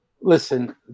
Listen